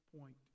point